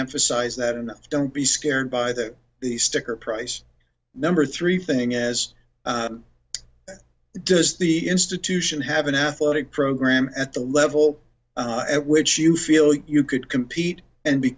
emphasize that enough don't be scared by that the sticker price number three thing as does the institution have an athletic program at the level at which you feel you could compete and be